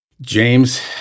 James—